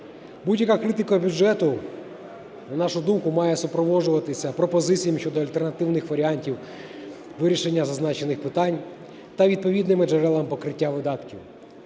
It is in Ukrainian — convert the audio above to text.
Будь-яка критика бюджету, на нашу думку, має супроводжуватися пропозиціями щодо альтернативних варіантів вирішення зазначених питань та відповідними джерелами покриття видатків.